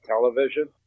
television